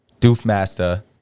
Doofmaster